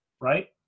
Right